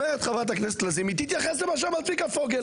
אומרת חברת הכנסת לזימי: תתייחס למה שאמר צביקה פוגל.